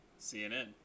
cnn